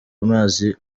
amaze